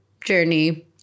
journey